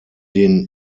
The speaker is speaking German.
den